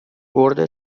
بورد